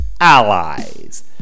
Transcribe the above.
allies